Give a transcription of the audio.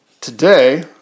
Today